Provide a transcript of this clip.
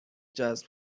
جذب